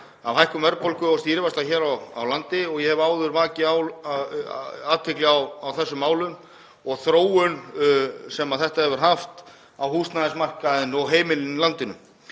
af hækkun verðbólgu og stýrivaxta hér á landi og hef áður vakið athygli á þeim málum og áhrifunum sem þetta hefur haft á húsnæðismarkaðinn og heimilin í landinu.